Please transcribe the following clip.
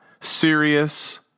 serious